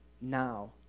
now